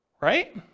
right